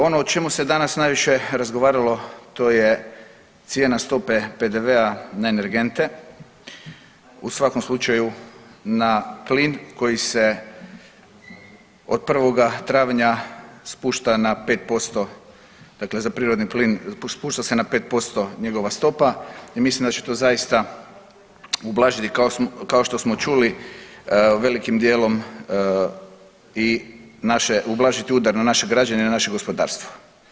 Ono o čemu se danas najviše razgovaralo, to je cijena stope PDV-a na energente, u svakom slučaju na plin koji se od 1. travnja spušta na 5% dakle za prirodni plin spušta se na 5% njegova stopa i mislim da će to zaista ublažiti kao što smo čuli velikim djelom i naše, ublažiti udar na naše građane i na naše gospodarstvo.